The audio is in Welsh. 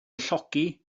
llogi